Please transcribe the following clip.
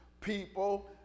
people